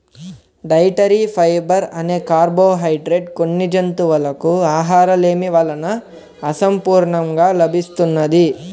dietary fibre అనే carbohydrate కొన్ని జంతువులకు ఆహారలేమి వలన అసంపూర్ణంగా లభిస్తున్నది